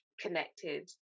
connected